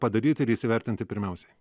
padaryt ir įsivertinti pirmiausiai